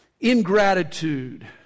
ingratitude